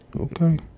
Okay